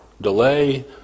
delay